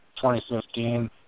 2015